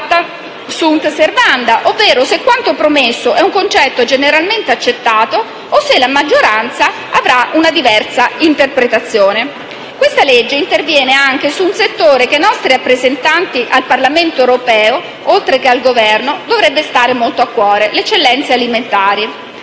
sunt servanda*, ovvero se quanto promesso è un concetto generalmente accettato, o se la maggioranza ne darà una interpretazione diversa. Il disegno di legge in esame interviene anche su un settore che ai nostri rappresentanti al Parlamento europeo, oltre che al Governo, dovrebbe stare a cuore: le eccellenze alimentari.